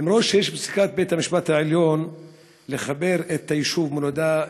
למרות שיש פסיקה של בית-המשפט העליון לחבר את היישוב מולדה,